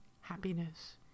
happiness